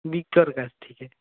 বিজ্ঞর কাছ থেকে